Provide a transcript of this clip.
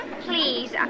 Please